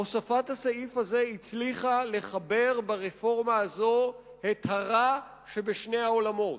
הוספת הסעיף הזה הצליחה לחבר ברפורמה הזו את הרע שבשני העולמות: